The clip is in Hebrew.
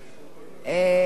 יכול להגיב על זה?